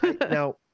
Now